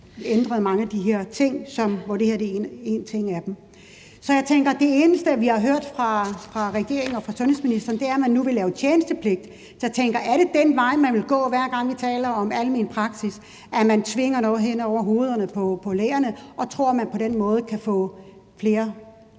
ændrede mange ting, hvoraf det her er en af dem. Det eneste, vi har hørt fra regeringen og fra sundhedsministeren, er, at man nu vil lave tjenestepligt, så jeg tænker: Er det den vej, man vil gå, hver gang vi taler om almen praksis: at man tvinger noget ned over hovederne på lægerne og tror, at man på den måde kan få flere ud i